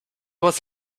was